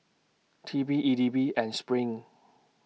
T P E D B and SPRING